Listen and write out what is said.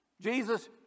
Jesus